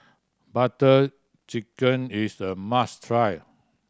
Butter Chicken is a must try